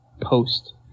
post